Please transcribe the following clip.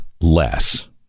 less